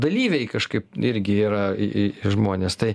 dalyviai kažkaip irgi yra i i žmonės tai